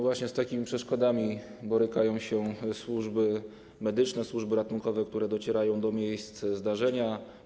Właśnie z takimi przeszkodami borykają się służby medyczne, służby ratunkowe, które docierają do miejsca zdarzenia.